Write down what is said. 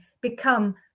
become